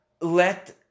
Let